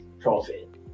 profit